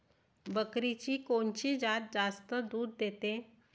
बकरीची कोनची जात जास्त दूध देते?